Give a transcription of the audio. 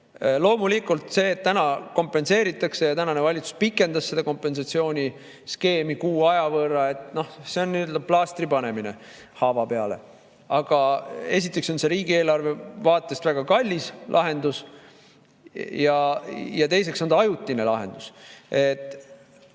Loomulikult see, et täna kompenseeritakse ja tänane valitsus pikendas seda kompensatsiooniskeemi kuu aja võrra – noh, see on plaastri panemine haava peale. Aga esiteks on see riigieelarve vaatest väga kallis lahendus ja teiseks on ta ajutine lahendus.